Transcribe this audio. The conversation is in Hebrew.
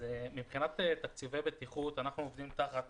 מבחינת תקציבי בטיחות, אנחנו עובדים תחת